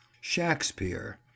Shakespeare